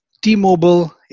T-Mobile